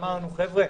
אמרנו: חבר'ה,